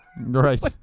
Right